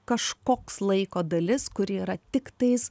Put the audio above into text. kažkoks laiko dalis kuri yra tiktais